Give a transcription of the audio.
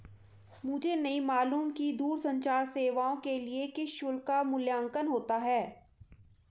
मुझे नहीं मालूम कि दूरसंचार सेवाओं के लिए किस शुल्क का मूल्यांकन होता है?